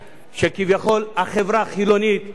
מלעיטים אותה בנתונים שהם לא,